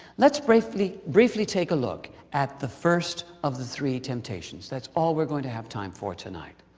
lets briefly briefly take a look at the first of the three temptations. that's all we're going to have time for tonight.